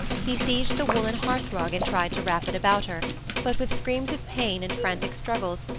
he seized the woollen hearthrug and tried to wrap it about her but with screams of pain and frantic struggles,